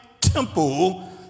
temple